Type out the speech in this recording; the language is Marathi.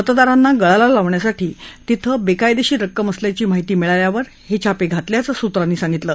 मतदारांना गळाला लावण्यासाठी तिथं बेकायदेशीर रक्कम असल्याची माहिती मिळाल्यावर हे छापे घातल्याचं सूत्रांनी सांगितलं